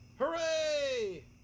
hooray